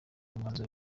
umwanzuro